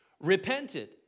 repented